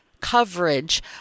coverage